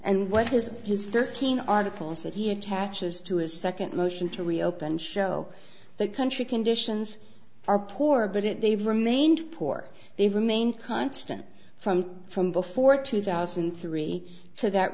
and what his his thirteen articles that he attaches to his second motion to reopen show the country conditions are poor but if they've remained poor they remain constant from from before two thousand and three to that